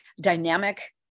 dynamic